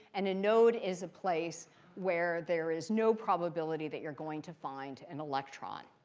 and a node is a place where there is no probability that you're going to find an electron.